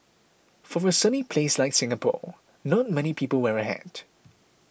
for a sunny place like Singapore not many people wear a hat